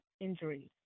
injuries